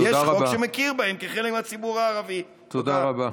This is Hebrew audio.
תודה רבה.